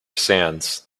sands